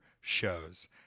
shows